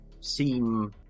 seem